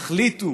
יחליטו